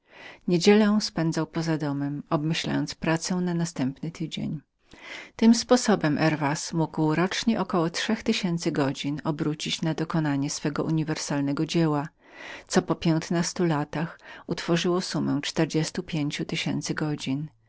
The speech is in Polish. i przepędzał dzień na rozmyślaniu i układaniu pracy na następny tydzień tym sposobem herwas mógł rocznie około trzech tysięcy godzin obrócić na dokonanie swego uniwersalnego dzieła co po piętnastu latach utworzyło mu summę czterdziestu pięciu tysięcy godzin